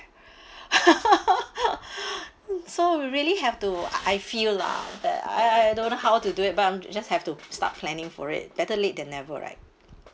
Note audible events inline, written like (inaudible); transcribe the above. (breath) (laughs) (breath) so we really have to I I feel lah that I I don't know how to do it but I'm just have to start planning for it better late than never right